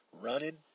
running